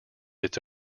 its